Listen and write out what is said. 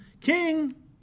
King